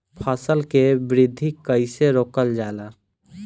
फसल के वृद्धि कइसे रोकल जाला?